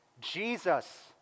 Jesus